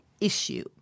issue